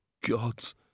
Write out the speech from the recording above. gods